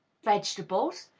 vegetables?